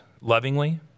lovingly